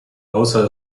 außer